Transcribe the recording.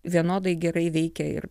vienodai gerai veikia ir